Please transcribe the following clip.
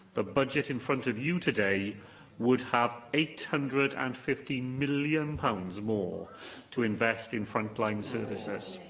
the budget in front of you today would have eight hundred and fifty million pounds more to invest in front-line services.